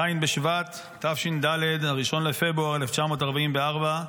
ז' בשבט תש"ד, 1 בפברואר 1944,